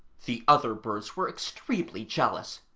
the other birds were extremely jealous,